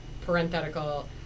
parenthetical